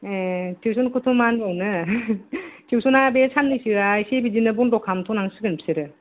टिउसनखौथ' मा होनबावनो टिउसना बे साननैसोया एसे बिदिनो बन्द' खालामथ' नांसिगोन बिसोरो